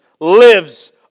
lives